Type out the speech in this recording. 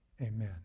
amen